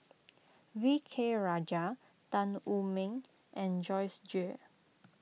V K Rajah Tan Wu Meng and Joyce Jue